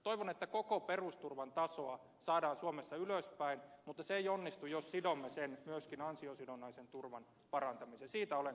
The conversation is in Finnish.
toivon että koko perusturvan tasoa saadaan suomessa ylöspäin mutta se ei onnistu jos sidomme sen myöskin ansiosidonnaisen turvan parantamiseen siitä olen kanssanne samaa mieltä